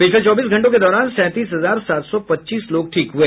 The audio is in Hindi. पिछले चौबीस घंटों के दौरान सैंतीस हजार सात सौ पच्चीस लोग ठीक हुए